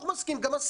גם משרד החינוך מסכים,